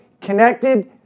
connected